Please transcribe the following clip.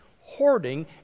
Hoarding